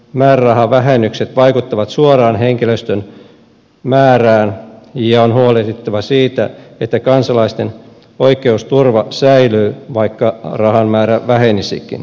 oikeushallinnon määrärahavähennykset vaikuttavat suoraan henkilöstön määrään ja on huolehdittava siitä että kansalaisten oikeusturva säilyy vaikka rahan määrä vähenisikin